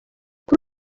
kuri